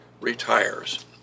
retires